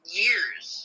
years